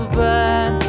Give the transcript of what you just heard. bad